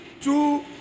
two